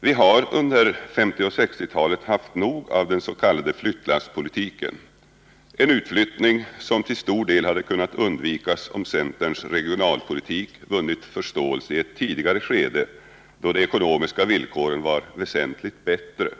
Vi har under 1950 och 1960-talen haft nog av den s.k. flyttlasspolitiken, en utflyttning som till stor del hade kunnat undvikas om centerns regionalpolitik vunnit förståelse i ett tidigare skede, då de ekonomiska villkoren var väsentligt bättre än nu.